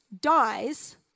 dies